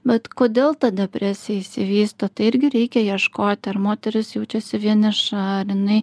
bet kodėl ta depresija išsivysto tai irgi reikia ieškoti ar moteris jaučiasi vieniša ar jinai